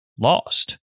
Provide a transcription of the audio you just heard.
Lost